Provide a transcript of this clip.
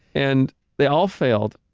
and they all failed,